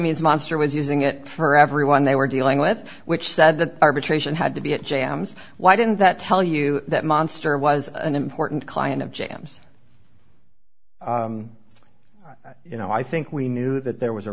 means monster was using it for everyone they were dealing with which said that arbitration had to be a jams why didn't that tell you that monster was an important client of jams you know i think we knew that there was a